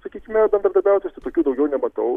sakykime bendradarbiautojus tai tokių daugiau nematau